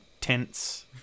Tents